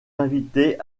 invités